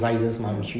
mm